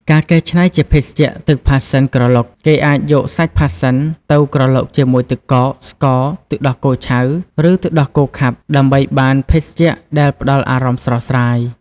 ការកែច្នៃជាភេសជ្ជៈទឹកផាសសិនក្រឡុក គេអាចយកសាច់ផាសសិនទៅក្រឡុកជាមួយទឹកកក ស្ករ ទឹកដោះគោឆៅ ឬទឹកដោះគោខាប់ ដើម្បីបានភេសជ្ជៈដែលផ្តល់អារម្មណ៍ស្រស់ស្រាយ។